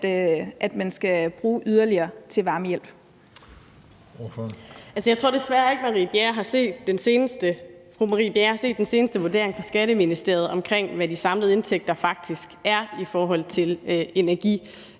Signe Munk (SF): Altså, jeg tror desværre ikke, fru Marie Bjerre har set den seneste vurdering fra Skatteministeriet af, hvad de samlede indtægter faktisk er i forhold til energiafgifter,